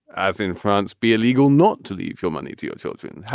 as in france, be illegal not to leave your money to your children?